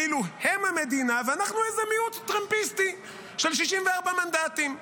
כאילו הם המדינה ואנחנו איזה מיעוט טרמפיסטי של 64 מנדטים,